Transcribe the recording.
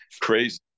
crazy